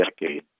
decade